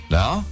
now